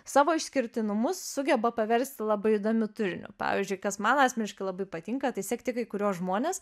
savo išskirtinumus sugeba paversti labai įdomiu turiniu pavyzdžiui kas man asmeniškai labai patinka tai sekti kai kuriuos žmones